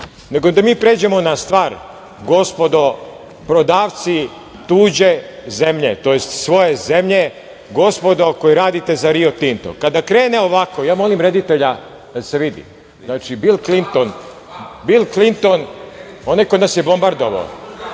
da mi pređemo na stvar, gospodo prodavci tuđe zemlje, tj. svoje zemlje, gospodo koji radite za Rio Tinto. Kada krene ovako, ja molim reditelja, jel se vidi, Bil Klinton, onaj koji nas je bombardovao,